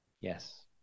Yes